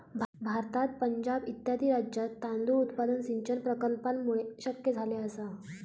भारतात पंजाब इत्यादी राज्यांत तांदूळ उत्पादन सिंचन प्रकल्पांमुळे शक्य झाले आसा